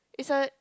is a